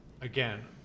again